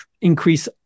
increase